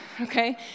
Okay